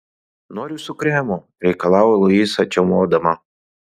noriu su kremu reikalavo luiza čiaumodama